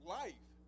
life